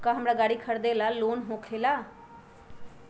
का हमरा गारी खरीदेला लोन होकेला?